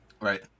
Right